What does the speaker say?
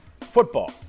Football